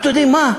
אתה יודע מה,